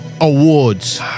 Awards